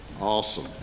awesome